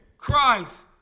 Christ